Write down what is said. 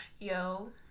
Yo